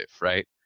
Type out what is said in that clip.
right